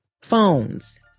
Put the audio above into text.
phones